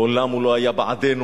מעולם הוא לא היה בעדנו.